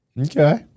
Okay